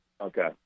Okay